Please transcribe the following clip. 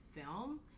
film